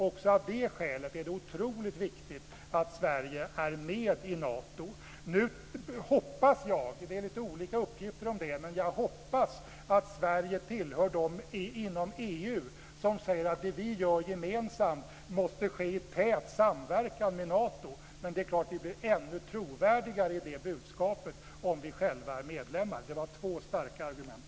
Också av det skälet är det oerhört viktigt att Sverige är med i Nato. Jag hoppas - det är lite olika uppgifter om det - att Sverige tillhör dem inom EU som säger att det som vi gör gemensamt måste ske i tät samverkan med Nato, men det är klart att detta vårt budskap blir trovärdigare om Sverige självt är medlem. Detta var två starka argument.